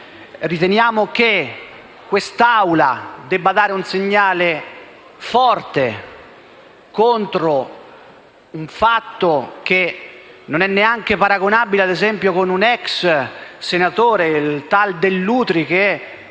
Riteniamo che l'Assemblea debba dare un segnale forte contro un fatto che non è neanche paragonabile, ad esempio, a quello di un ex senatore, tal Dell'Utri, che